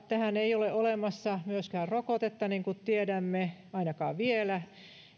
tähän ei ole olemassa myöskään rokotetta niin kuin tiedämme ainakaan vielä